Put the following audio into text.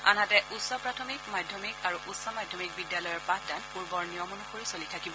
আনহাতে উচ্চ প্ৰাথমিক মাধ্যমিক আৰু উচ্চ মাধ্যমিক বিদ্যালয়ৰ পাঠদান পূৰ্বৰ নিয়ম অনুসৰি চলি থাকিব